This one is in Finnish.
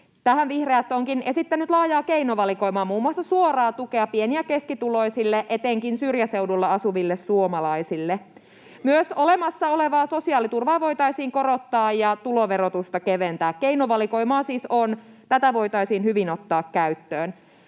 Tähän vihreät ovatkin esittäneet laajaa keinovalikoimaa, muun muassa suoraa tukea pieni- ja keskituloisille, etenkin syrjäseudulla asuville suomalaisille. Myös olemassa olevaa sosiaaliturvaa voitaisiin korottaa ja tuloverotusta keventää. Keinovalikoimaa siis on. Tätä voitaisiin hyvin ottaa käyttöön.